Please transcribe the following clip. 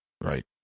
Right